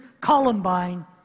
Columbine